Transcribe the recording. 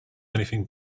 anything